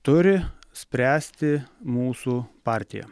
turi spręsti mūsų partija